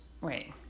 Wait